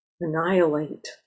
annihilate